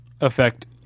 affect